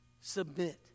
submit